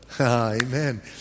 amen